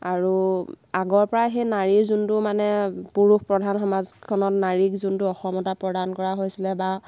আৰু আগৰপৰাই সেই নাৰীৰ যোনটো মানে পুৰুষ প্ৰধান সমাজখনত নাৰীক যোনটো অসমতা প্ৰদান কৰা হৈছিলে বা